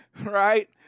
right